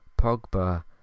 Pogba